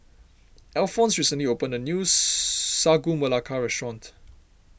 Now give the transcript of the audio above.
Alphons recently opened a new Sagu Melaka restaurant